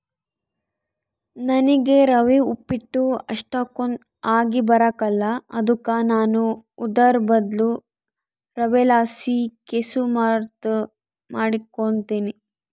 ನನಿಗೆ ರವೆ ಉಪ್ಪಿಟ್ಟು ಅಷ್ಟಕೊಂದ್ ಆಗಿಬರಕಲ್ಲ ಅದುಕ ನಾನು ಅದುರ್ ಬದ್ಲು ರವೆಲಾಸಿ ಕೆಸುರ್ಮಾತ್ ಮಾಡಿಕೆಂಬ್ತೀನಿ